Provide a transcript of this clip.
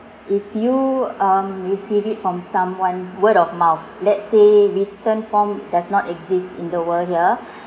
if you um receive it from someone word of mouth let's say written form does not exist in the world here